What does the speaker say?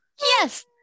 Yes